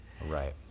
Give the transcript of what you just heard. Right